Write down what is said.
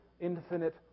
infinite